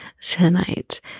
tonight